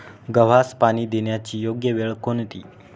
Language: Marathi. गव्हास पाणी देण्याची योग्य वेळ कोणती?